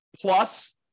plus